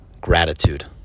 gratitude